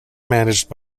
managed